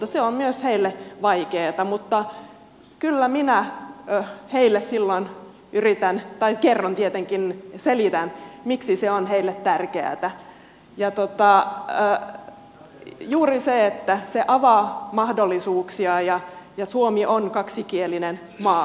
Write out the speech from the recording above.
se on myös heille vaikeata mutta kyllä minä heille silloin kerron tietenkin selitän miksi se on heille tärkeätä ja juuri sen että se avaa mahdollisuuksia ja suomi on kaksikielinen maa